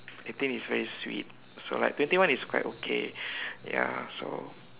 eighteen is very sweet so like twenty one is quite okay ya so